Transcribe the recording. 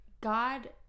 God